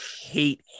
hate